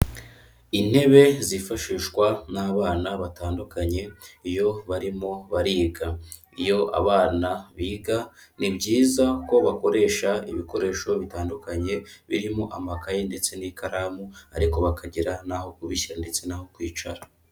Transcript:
Intebe zifashishwa n'abana batandukanye, iyo barimo bariga. Iyo abana biga, ni byiza ko bakoresha ibikoresho bitandukanye, birimo amakaye ndetse n'ikaramu ariko bakagira n'aho kubishyira ndetse n'aho kwicara.